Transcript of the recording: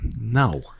No